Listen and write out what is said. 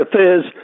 Affairs